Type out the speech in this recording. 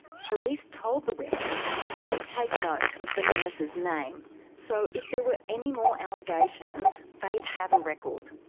police told the women they'd take note of the nurse's name so if there were any more allegations, they'd have a record.